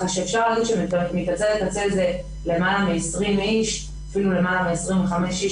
אפשר להגיד שיש למעלהמ-20 אנשים ואפילו למעלה מ-25 אנשים